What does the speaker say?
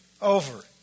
over